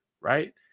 Right